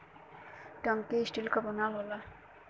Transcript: टंकी स्टील क बनल होला